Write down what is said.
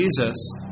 Jesus